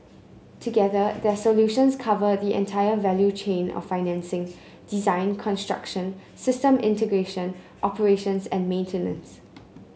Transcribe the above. together their solutions cover the entire value chain of financing design construction system integration operations and maintenance